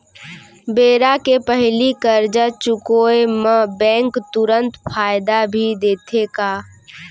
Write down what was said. बेरा के पहिली करजा चुकोय म बैंक तुरंत फायदा भी देथे का?